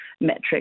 metric